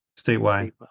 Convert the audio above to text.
Statewide